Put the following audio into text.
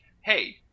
hey